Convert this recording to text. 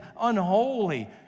unholy